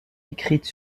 écrite